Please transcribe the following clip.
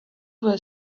were